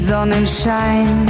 Sonnenschein